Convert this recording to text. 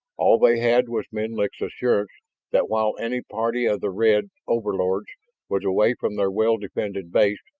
all they had was menlik's assurance that while any party of the red overlords was away from their well-defended base,